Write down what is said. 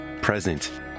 Present